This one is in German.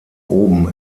oben